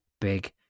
big